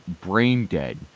brain-dead